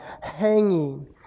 hanging